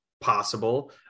possible